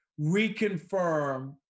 reconfirm